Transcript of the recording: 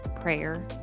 prayer